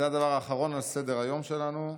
זה הדבר האחרון על סדר-היום שלנו.